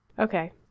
Okay